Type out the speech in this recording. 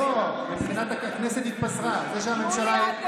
מיום השבעת הממשלה ועד שהיא נפלה,